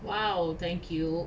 !wow! thank you